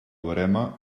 verema